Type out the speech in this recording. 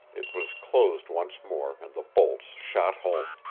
it was closed once more and the bolts shot home.